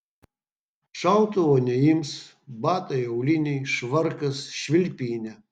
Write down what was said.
šautuvo neims batai auliniai švarkas švilpynė